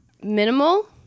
Minimal